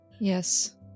Yes